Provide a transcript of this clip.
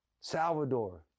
Salvador